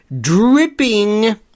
dripping